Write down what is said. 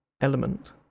element